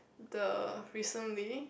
the recently